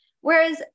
Whereas